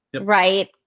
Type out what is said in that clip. right